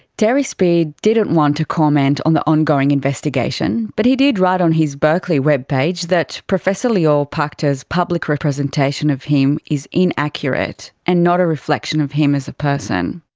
terry speed didn't want to comment on the ongoing investigation, but he did write on his berkeley webpage that professor lior pachter's public representation of him is inaccurate and not a reflection of him as a person.